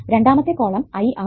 രണ്ടാമത്തെ column I ആകും